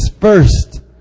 first